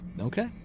Okay